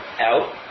out